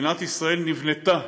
ומדינת ישראל נבנתה,